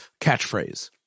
catchphrase